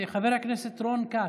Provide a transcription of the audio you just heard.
חבר הכנסת רון כץ,